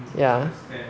yeah